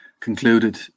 concluded